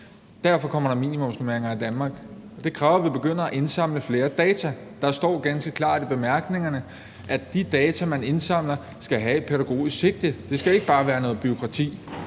Derfor kommer der minimumsnormeringer i Danmark. Det kræver, at vi begynder at indsamle flere data. Der står ganske klart i bemærkningerne, at de data, man indsamler, skal have et pædagogisk sigte. Det skal ikke bare være noget bureaukrati.